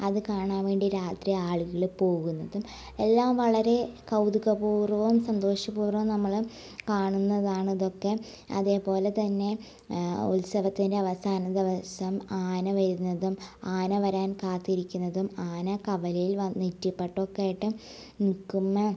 അത് കാണാൻ വേണ്ടി രാത്രി ആളുകൾ പോകുന്നതും എല്ലാം വളരെ കൗതുകപൂർവ്വം സന്തോഷപൂർവ്വം നമ്മൾ കാണുന്നതാണ് ഇതൊക്കെ അതേപോലെ ത്തന്നെ ഉത്സവത്തിൻ്റെ അവസാന ദിവസം ആന വരുന്നതും ആന വരാൻ കാത്തിരിക്കുന്നതും ആന കവലയിൽ വന്ന് നെറ്റിപ്പട്ടൊക്കായിട്ട് നിൽക്കുമ്മെ